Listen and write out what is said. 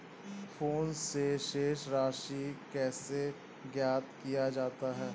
Phone से शेष राशि कैसे ज्ञात किया जाता है?